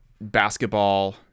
basketball